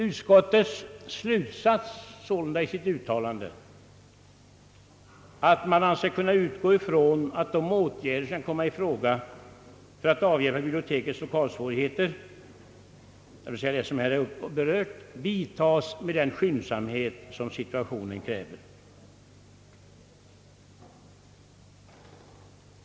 Utskottet »anser sig kunna utgå från att de åtgärder, som kan komma i fråga för att avhjälpa bibliotekets lokalsvårigheter, vidtas med den skyndsamhet som situationen kräver».